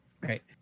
Right